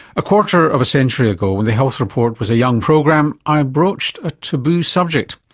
a quarter of a century ago when the health report was a young program, i broached a taboo subject,